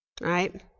Right